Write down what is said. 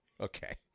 Okay